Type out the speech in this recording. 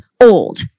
old